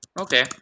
Okay